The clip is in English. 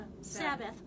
sabbath